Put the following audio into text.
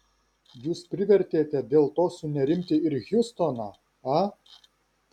jūs privertėte dėl to sunerimti ir hjustoną a